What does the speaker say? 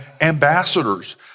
Ambassadors